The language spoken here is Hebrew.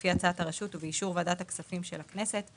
לפי הצעת הרשות ובאישור ועדת הכספים של הכנסת,